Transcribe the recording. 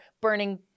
burning